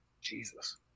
Jesus